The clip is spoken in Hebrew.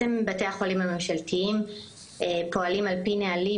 בתי החולים הממשלתיים פועלים על פי נהלים